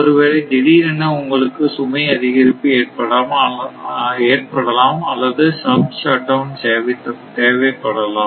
ஒருவேளை திடீரென உங்களுக்கு சுமை அதிகரிப்பு ஏற்படலாம் அல்லது சப் ஷட்டவுன் தேவைப்படலாம்